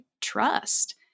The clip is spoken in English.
trust